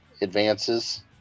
advances